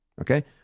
Okay